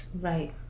Right